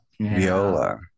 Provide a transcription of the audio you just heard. viola